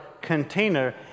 container